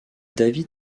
david